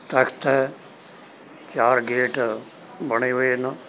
ਤਖ਼ਤ ਹੈ ਚਾਰ ਗੇਟ ਬਣੇ ਹੋਏ ਹਨ